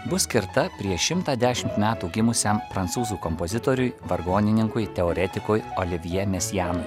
bus skirta prieš šimtą dešimt metų gimusiam prancūzų kompozitoriui vargonininkui teoretikui olivjė mesiano